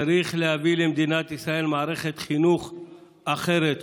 צריך להביא למדינת ישראל מערכת חינוך אחרת,